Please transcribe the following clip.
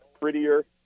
prettier